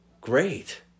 Great